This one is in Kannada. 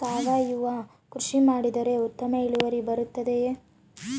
ಸಾವಯುವ ಕೃಷಿ ಮಾಡಿದರೆ ಉತ್ತಮ ಇಳುವರಿ ಬರುತ್ತದೆಯೇ?